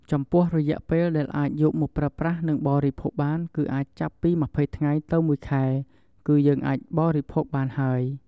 ចំពោះរយៈពេលដែលអាចយកមកប្រើប្រាស់និងបរិភោគបាន គឺអាចចាប់ពីម្ភៃថ្ងៃ ទៅមួយខែ គឺយើងអាចបរិភោគបានហើយ។